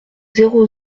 zéro